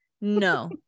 No